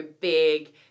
big